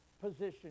position